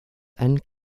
and